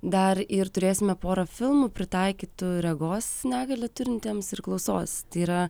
dar ir turėsime porą filmų pritaikytų regos negalią turintiems ir klausos yra